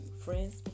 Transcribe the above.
Friends